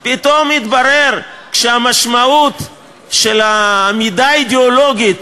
התברר שכשהמשמעות של העמידה האידיאולוגית